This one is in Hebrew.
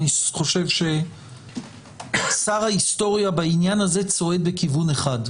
אני חושב ששר ההיסטוריה בעניין הזה צועד בכיוון אחד.